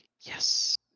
Yes